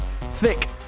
thick